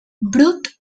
brut